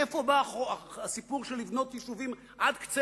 מאיפה בא הסיפור של בניית יישובים עד קצה